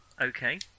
Okay